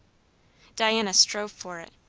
diana strove for it,